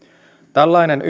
tällainen